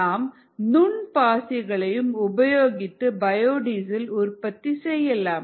நாம் நுண் பாசிகளையும் உபயோகித்து பயோடீசல் உற்பத்தி செய்யலாம்